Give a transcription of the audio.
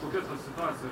kokia ta situacija